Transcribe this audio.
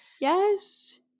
yes